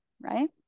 right